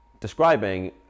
describing